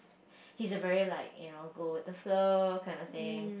he's a very like you know go with the flow kind of thing